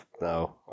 No